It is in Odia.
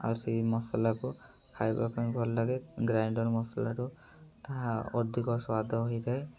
ଆଉ ସେଇ ମସଲାକୁ ଖାଇବା ପାଇଁ ଭଲ ଲାଗେ ଗ୍ରାଇଣ୍ଡର ମସଲାଠୁ ତାହା ଅଧିକ ସ୍ୱାଦ ହୋଇଥାଏ